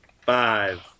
five